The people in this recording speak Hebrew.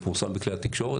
זה פורסם בכלי התקשורת.